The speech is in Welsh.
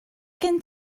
gen